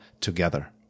together